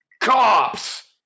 Cops